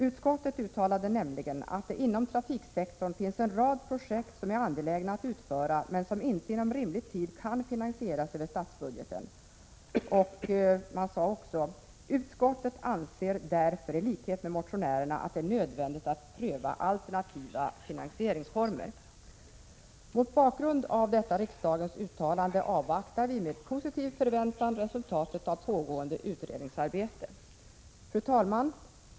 Utskottet uttalade nämligen att det inom trafiksektorn finns en rad projekt som är angelägna att utföra men som inte inom rimlig tid kan finansieras över statsbudgeten och sade vidare: ”Utskottet anser därför i likhet med motionärerna att det är nödvändigt att pröva alternativa finansieringsformer.” Mot bakgrund av detta riksdagens uttalande avvaktar vi med positiv förväntan resultatet av pågående utredningsarbete. Fru talman!